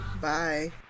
Bye